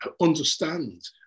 understand